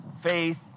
faith